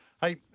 Hey